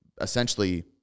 essentially